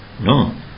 No